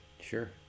sure